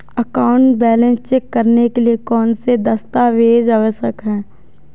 Account balance check करने के लिए कौनसे दस्तावेज़ आवश्यक हैं?